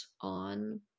on